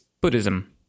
Buddhism